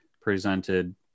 presented